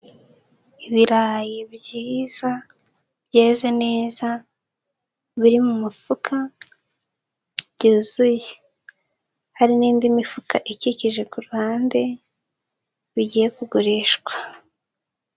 Ibirayi byiza byeze neza biri mu mufuka byuzuye, hari n'indi mifuka ikikije ku ruhande bigiye kugurishwa.